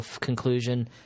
conclusion